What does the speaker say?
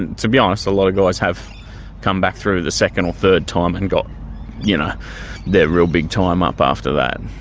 and to be honest, a lot of guys have come back through for the second or third time and got you know their real big time up after that.